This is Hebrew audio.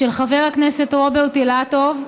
של חבר הכנסת רוברט אילטוב,